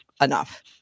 enough